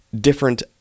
different